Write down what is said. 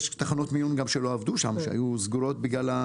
תחנות מיון שלא עבדו שם, שהיו סגורות בגלל השפעת.